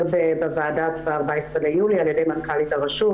בוועדה ב-14 ביולי על ידי מנכ"לית הרשות,